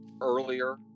earlier